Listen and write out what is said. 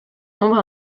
nombre